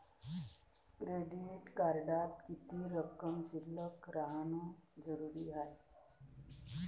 Credit कार्डात किती रक्कम शिल्लक राहानं जरुरी हाय?